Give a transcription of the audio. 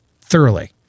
thoroughly